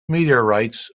meteorites